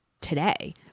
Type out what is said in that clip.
today